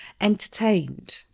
entertained